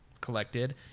collected